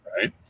right